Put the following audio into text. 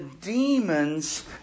demons